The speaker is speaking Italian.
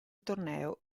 torneo